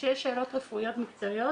כשיש שאלות רפואיות מקצועיות,